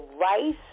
rice